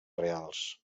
reals